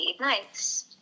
Nice